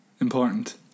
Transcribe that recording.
Important